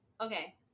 Okay